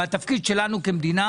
והתפקיד שלנו כמדינה